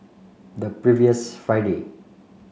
the previous Friday